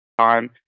time